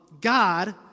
God